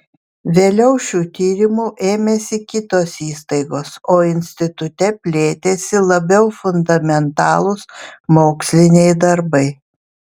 vėliau šių tyrimų ėmėsi kitos įstaigos o institute plėtėsi labiau fundamentalūs moksliniai darbai